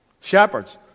Shepherds